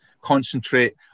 concentrate